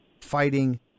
fighting